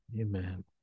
Amen